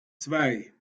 zwei